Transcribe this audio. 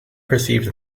perceived